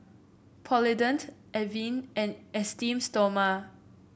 Polident Avene and Esteem Stoma